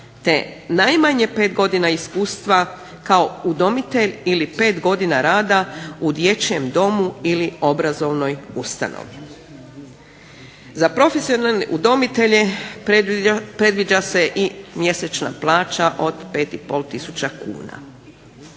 te najmanje 5 godina iskustva kao udomitelj ili 5 godina rada u dječjem domu ili obrazovnoj ustanovi. Za profesionalne udomitelje predviđa se i mjesečna plaća od 5,5 tisuća kuna.